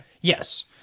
Yes